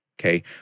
okay